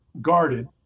guarded